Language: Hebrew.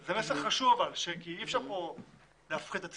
אבל זה מסר חשוב כי אי אפשר להפחיד את הציבור.